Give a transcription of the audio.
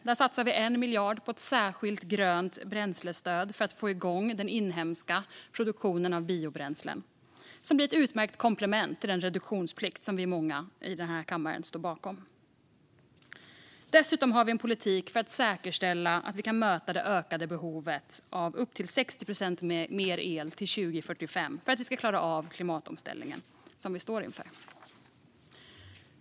Där satsar vi 1 miljard på ett särskilt grönt bränslestöd för att få igång den inhemska produktionen av biobränslen, vilket blir ett utmärkt komplement till den reduktionsplikt som många i denna kammare står bakom. Dessutom har vi en politik för att säkerställa att vi kan möta behovet av upp till 60 procent mer el till 2045 för att vi ska klara av den klimatomställning vi står inför.